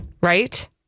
Right